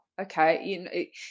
okay